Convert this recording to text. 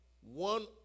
one